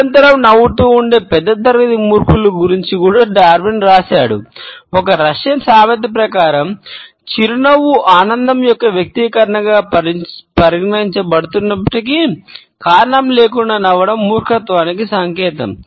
నిరంతరం నవ్వుతూ ఉండే పెద్ద తరగతి మూర్ఖుల గురించి కూడా డార్విన్ సామెత ప్రకారం చిరునవ్వు ఆనందం యొక్క వ్యక్తీకరణగా పరిగణించబడుతున్నప్పటికీ కారణం లేకుండా నవ్వడం మూర్ఖత్వానికి సంకేతం